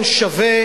בעד?